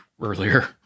earlier